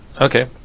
Okay